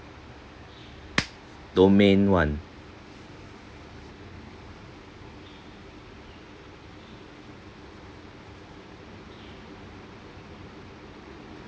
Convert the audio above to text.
domain one